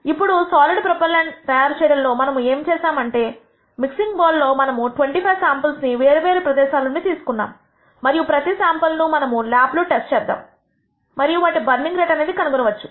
ఇప్పుడు solid propellant తయారుచేయడంలో మనము ఏమి చేశాను అంటే మిక్సింగ్ బౌల్ లో మనము 25 శాంపుల్స్ ను వేరు వేరు ప్రదేశాల నుండి తీసుకుందాం మరియు ప్రతి శాంపుల్ ను మనము ల్యాబ్ లో టెస్ట్ చేద్దాం మరియు వాటి బర్నింగ్ రేట్ అనేది కనుగొనవచ్చు